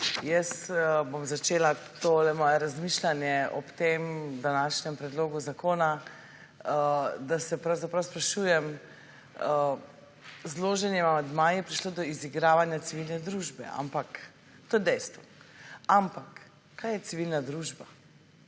Jaz bom začela tole moje razmišljanje. Ob tem današnjem predlogu zakona, da se pravzaprav sprašujem / nerazumljivo/ amandmaji je prišlo do izigravanja civilne družbe, to je dejstvo. Ampak kaj je civilna družba?